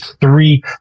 three